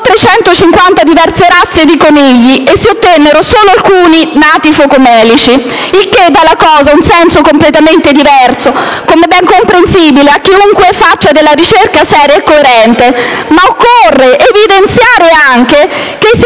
150 diverse razze di conigli, e si ottennero solo alcuni nati focomelici, il che dà alla vicenda un senso completamente diverso, come è ben comprensibile a chiunque faccia della ricerca seria e coerente. Occorre anche evidenziare che se i